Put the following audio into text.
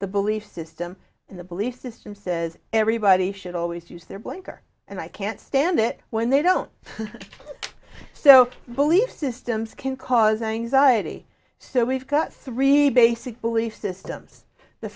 the belief system the belief system says everybody should always use their blinker and i can't stand it when they don't so belief systems can cause anxiety so we've got three basic belief systems the